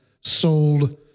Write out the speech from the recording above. sold